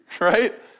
right